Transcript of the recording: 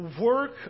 work